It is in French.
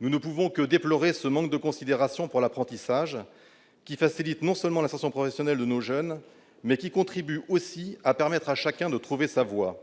Nous ne pouvons que déplorer ce manque de considération pour l'apprentissage, qui facilite non seulement l'ascension professionnelle de nos jeunes, mais qui contribuent aussi à permettre à chacun de trouver sa voie,